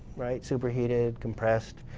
right, superheated, compressed.